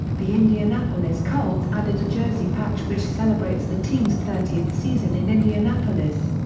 the indianapolis colts added a jersey patch which celebrates the team's thirtieth season in indianapolis.